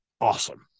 awesome